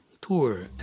tour